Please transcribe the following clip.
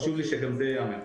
חשוב לי שגם זה ייאמר.